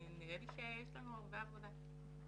נראה לי שיש לנו הרבה עבודה.